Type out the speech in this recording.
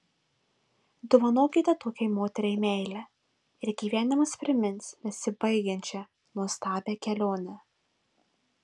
dovanokite tokiai moteriai meilę ir gyvenimas primins nesibaigiančią nuostabią kelionę